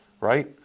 right